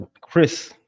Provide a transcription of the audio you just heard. Chris